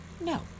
No